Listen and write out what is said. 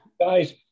Guys